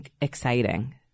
exciting